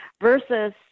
versus